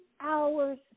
hours